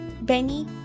Benny